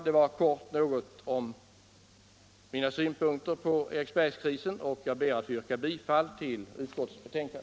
Jag ber att få yrka bifall till utskottets hemställan.